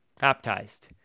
baptized